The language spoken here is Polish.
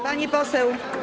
Pani poseł.